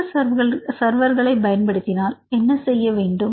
மற்ற சர்வர்களை பயன் படுத்தினால் என்ன செய்ய வேண்டும்